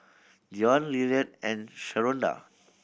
Deion Lillard and Sharonda